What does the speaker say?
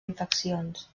infeccions